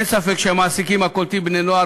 אין ספק שהמעסיקים הקולטים בני-נוער